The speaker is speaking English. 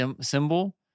symbol